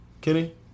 Kenny